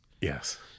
Yes